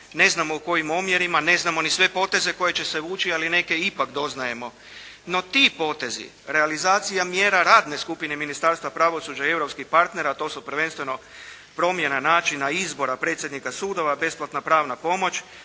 ne znamo u kojim omjerima, ne znamo ni sve poteze koje će se vuči ali neke ipak doznajemo. No ti potezi, realizacija mjera radne skupine Ministarstva pravosuđa i europskih partnera, to su prvenstveno promjena, načina, izbora predsjednika sudova, besplatna pravna pomoć,